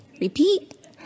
repeat